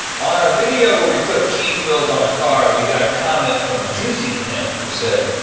on our video where we put cheese wheels on a car we got a comment from juiceypimp who said,